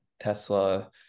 Tesla